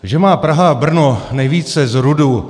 Že má Praha a Brno nejvíce z RUDu.